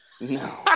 No